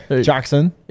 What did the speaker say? Jackson